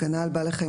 הגנה על בעלי חיים.